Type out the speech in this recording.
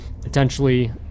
potentially